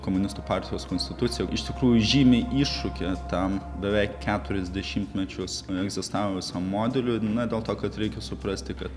komunistų partijos konstituciją iš tikrųjų žymi iššūkį tam beveik keturis dešimtmečius egzistavusiam modeliui na dėl to kad reikia suprasti kad